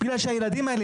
בגלל שהילדים האלה,